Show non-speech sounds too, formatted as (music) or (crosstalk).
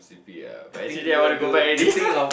sleepy ah but actually I want to go back already (laughs)